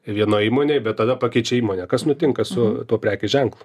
vienoj įmonėj bet tada pakeičia įmonę kas nutinka su tuo prekės ženklu